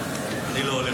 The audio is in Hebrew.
די והותר.